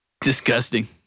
disgusting